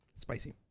spicy